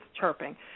chirping